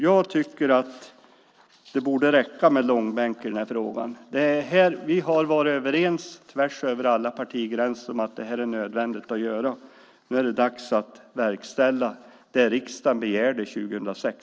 Jag tycker att det borde räcka med långbänk i den här frågan. Vi har varit överens över alla partigränser om att det här är nödvändigt att göra. Nu är det dags att verkställa det riksdagen begärde 2006.